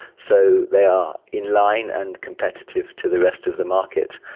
so they are in line and competitive to the rest of the market.